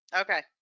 Okay